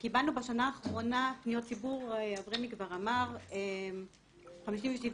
אני אדלג קצת על סיפור החיים ואני אספר בעצם מה הביא